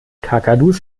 kakadus